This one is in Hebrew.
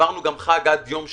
עברנו גם חג עד יום שני,